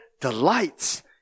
delights